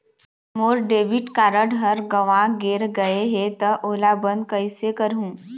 मोर debit card हर गंवा गैर गए हे त ओला बंद कइसे करहूं?